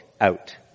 out